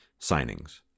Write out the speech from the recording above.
signings